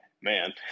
man